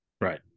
Right